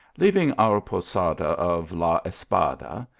leaving our posada of la espada,